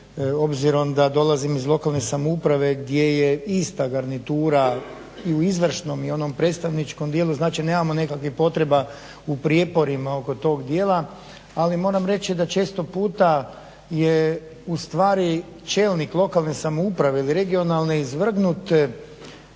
obzirom da dolazim iz lokalne samouprave gdje je ista garnitura i u izvršnom i u onom predstavničkom dijelu, znači nemamo nekakvih potreba u prijeporima oko tog dijela ali moram reći da često puta je ustvari čelnik lokalne samouprave ili regionalne izvrgnut